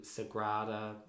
Sagrada